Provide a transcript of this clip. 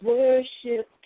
worship